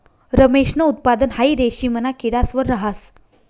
रेशमनं उत्पादन हाई रेशिमना किडास वर रहास